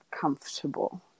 comfortable